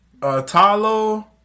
Talo